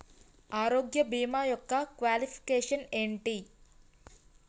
ఆరోగ్య భీమా యెక్క క్వాలిఫికేషన్ ఎంటి?